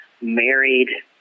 married